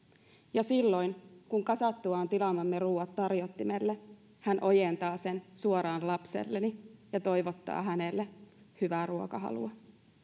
ja silloin kun kasattuaan tilaamamme ruoat tarjottimelle hän ojentaa sen suoraan lapselleni ja toivottaa hänelle hyvää ruokahalua